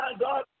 God